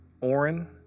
Oren